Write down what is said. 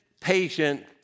patient